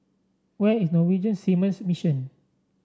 where is Norwegian Seamen's Mission